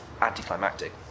anticlimactic